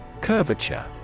Curvature